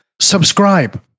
subscribe